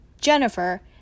Jennifer